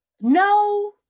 no